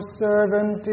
servant